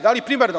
Da li primarno?